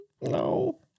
No